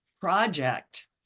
Project